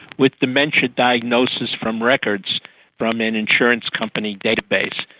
with dementia diagnosis from records from an insurance company database.